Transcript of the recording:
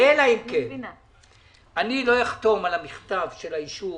אני לא אחתום על המכתב, על האישור,